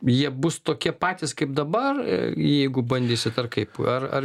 jie bus tokie patys kaip dabar jeigu bandysit ar kaip ar ar